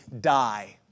die